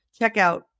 checkout